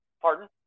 Pardon